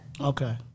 Okay